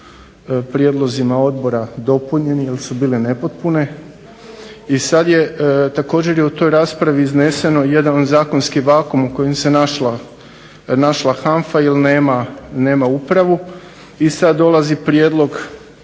prijedlozima odbora dopunjene jer su bile nepotpune i također je u tom raspravi izneseno jedan zakonski vakuum u kojem se našla HANFA jer nema upravu i znači prihvaćene